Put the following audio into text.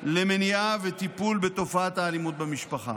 למניעה וטיפול בתופעת האלימות במשפחה.